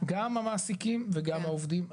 גם המעסיקים וגם העובדים.